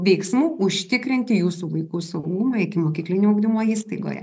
veiksmų užtikrinti jūsų vaikų saugumą ikimokyklinio ugdymo įstaigoje